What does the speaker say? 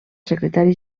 secretari